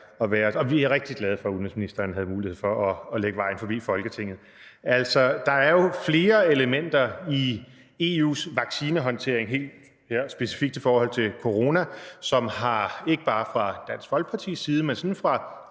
Men vi er rigtig glade for, at udenrigsministeren havde mulighed for at lægge vejen forbi Folketinget. Altså, der er jo flere elementer i EU's vaccinehåndtering, helt specifikt i forhold til corona, som ikke bare fra Dansk Folkepartis side, men fra